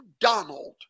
Donald